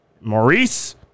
Maurice